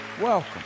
welcome